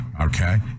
okay